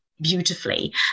beautifully